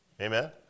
Amen